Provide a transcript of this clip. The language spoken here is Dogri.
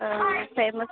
आं फेमस